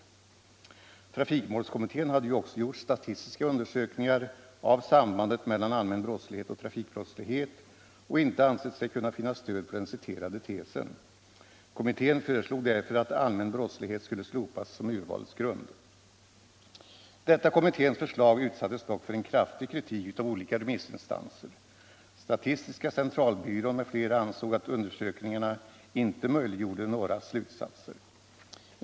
Trafikmålskommittén hade ju också gjort statistiska undersökningar av sambandet mellan allmän brottslighet och trafikbrottslighet och inte ansett sig kunna finna stöd för den citerade tesen. Kommittén föreslog därför att allmän brottslighet skulle slopas som urvalsgrund. Detta kommitténs förslag utsattes dock för en kraftig kritik av olika remissinstanser. Statistiska centralbyrån m.fl. ansåg att undersökningarna inte möjliggjorde några slutsatser.